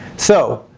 so,